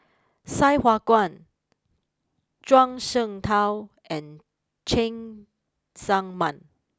Sai Hua Kuan Zhuang Shengtao and Cheng Tsang Man